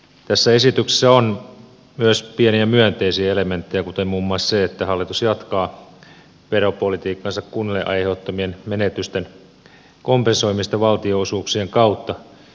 tässä esityksessä on myös pieniä myönteisiä elementtejä kuten muun muassa se että hallitus jatkaa veropolitiikkansa kunnille aiheuttamien menetysten kompensoimista valtionosuuksien kautta